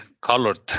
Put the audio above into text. colored